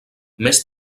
més